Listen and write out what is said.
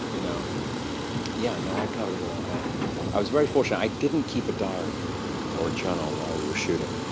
you know yeah, no, i covered it all. and i was very fortune. i didn't keep a diary or a journal while we were shooting.